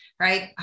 right